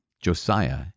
Josiah